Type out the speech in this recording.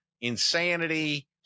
insanity